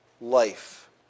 life